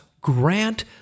grant